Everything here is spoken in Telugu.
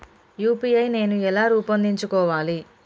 యూ.పీ.ఐ నేను ఎలా రూపొందించుకోవాలి?